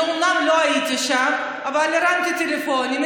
אני אומנם לא הייתי שם אבל הרמתי טלפונים,